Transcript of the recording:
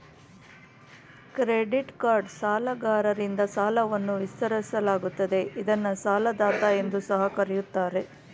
credit card ಸಾಲಗಾರರಿಂದ ಸಾಲವನ್ನ ವಿಸ್ತರಿಸಲಾಗುತ್ತದೆ ಇದ್ನ ಸಾಲದಾತ ಎಂದು ಸಹ ಕರೆಯುತ್ತಾರೆ